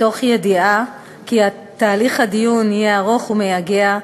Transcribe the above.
בידיעה שתהליך הדיון יהיה ארוך ומייגע,